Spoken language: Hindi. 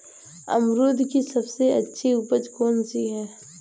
अमरूद की सबसे अच्छी उपज कौन सी है?